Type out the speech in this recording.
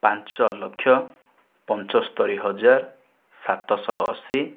ପାଞ୍ଚ ଲକ୍ଷ ପଞ୍ଚସ୍ତରୀ ହଜାର ସାତଶହ ଅଶି